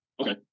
Okay